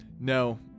no